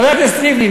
חבר הכנסת ריבלין,